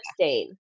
stain